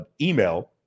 email